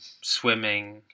swimming